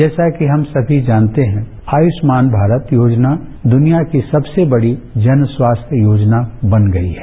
जैसा की हम सभी जानते हैं कि आयुष्मान भारत योजना दूनिया की सबसे बड़ी जन स्वास्थ्य योजना बन गई है